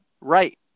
Right